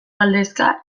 galdezka